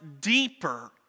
deeper